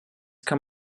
kann